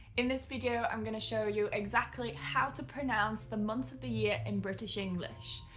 in this video i'm gonna show you exactly how to pronounce the months of the year in british english.